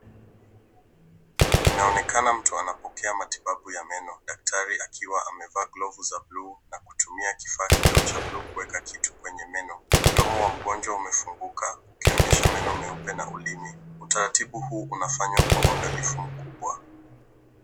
Inaonekana mtu anapokea matibabu ya meno daktari akiwa amevaa glovu za buluu na kutumia kifaa kidogo cha buluu kuweka kitu kwenye meno. Mdomo wa mgonjwa umefunguka ukionyesha meno meupe na ulimi. Utaratibu huu unafanywa kwa uangalifu mkubwa.